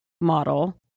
model